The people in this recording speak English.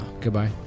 Goodbye